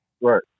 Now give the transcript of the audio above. Right